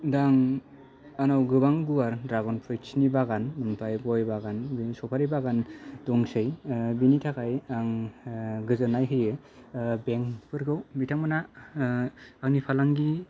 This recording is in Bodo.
दा आं आंनाव गोबां गुवार ड्रागन फ्रुट्सनि बागान ओमफ्राय गय बागान सफारि बागान दंसै ओ बिनि थाखाय आं गोजोननाय होयो बेंकफोरखौ बिथांमोनहा आंनि फालांगि